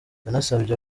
yanasabye